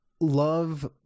love